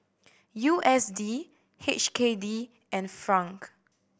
U S D H K D and franc